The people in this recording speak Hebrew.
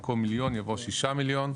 במקום "מיליון" יבוא "שישה מיליון".